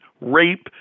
rape